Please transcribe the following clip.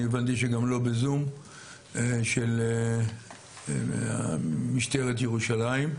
אני הבנתי שגם לא בזום של משטרה ירושלים,